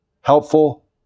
helpful